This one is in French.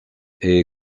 est